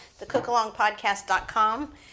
Thecookalongpodcast.com